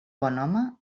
bonhome